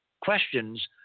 questions